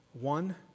One